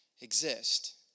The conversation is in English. exist